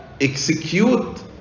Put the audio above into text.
execute